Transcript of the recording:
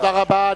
תודה רבה.